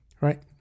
right